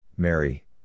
Mary